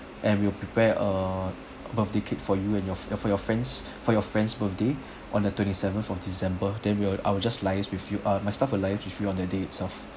and we will prepare a birthday cake for you and your for your friend's for your friend's birthday on the twenty seventh of december then we will I will just liaise with you ah my staff will liaise with you on the day itself